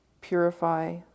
purify